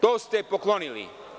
To ste poklonili.